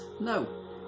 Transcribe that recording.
No